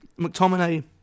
McTominay